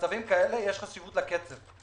במצבים כאלה יש חשיבות לקצב.